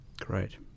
Great